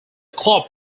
club